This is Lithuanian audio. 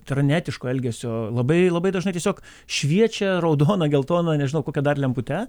tai yra neetiško elgesio labai labai dažnai tiesiog šviečia raudona geltona nežinau kokia dar lempute